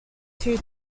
too